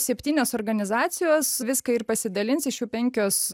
septynios organizacijos viską ir pasidalins iš jų penkios